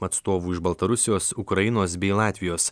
atstovų iš baltarusijos ukrainos bei latvijos